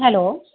hello